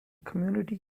community